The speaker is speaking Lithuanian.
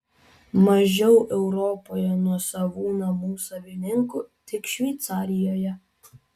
mažiau europoje nuosavų namų savininkų tik šveicarijoje